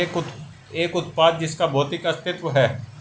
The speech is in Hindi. एक उत्पाद जिसका भौतिक अस्तित्व है?